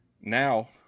now